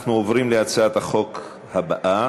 אנחנו עוברים להצעת החוק הבאה: